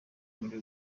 muri